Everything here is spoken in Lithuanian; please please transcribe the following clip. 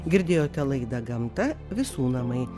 girdėjote laidą gamta visų namai